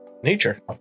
Nature